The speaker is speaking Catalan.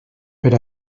per